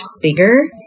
bigger